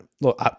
Look